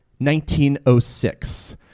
1906